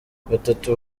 batatu